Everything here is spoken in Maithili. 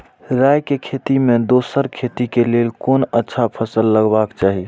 राय के खेती मे दोसर खेती के लेल कोन अच्छा फसल लगवाक चाहिँ?